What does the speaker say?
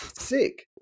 sick